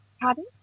Pardon